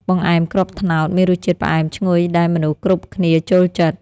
បង្អែមគ្រាប់ត្នោត មានរសជាតិផ្អែមឈ្ងុយដែលមនុស្សគ្រប់គ្នាចូលចិត្ត។